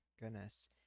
goodness